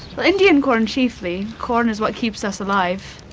indian corn chiefly. corn is what keeps us alive.